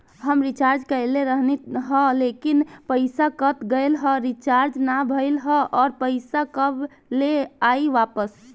हम रीचार्ज कईले रहनी ह लेकिन पईसा कट गएल ह रीचार्ज ना भइल ह और पईसा कब ले आईवापस?